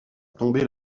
tomber